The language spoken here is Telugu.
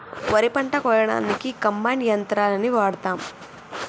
వరి పంట కోయడానికి కంబైన్ యంత్రాలని వాడతాం